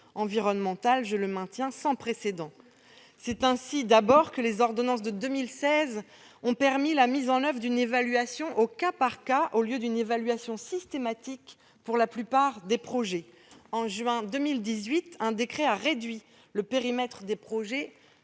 environnementale sans précédent. C'est ainsi, d'abord, que les ordonnances de 2016 ont permis la mise en oeuvre d'une évaluation au cas par cas au lieu d'une évaluation systématique pour la plupart des projets. En juin 2018, un décret a réduit le périmètre des projets